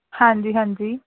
ਹਾਂਜੀ ਹਾਂਜੀ